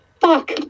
fuck